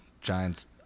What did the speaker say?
Giants